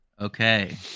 Okay